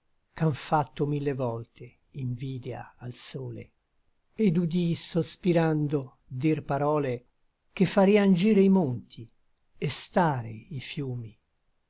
ch'àn fatto mille volte invidia al sole et udí sospirando dir parole che farian gire i monti et stare i fiumi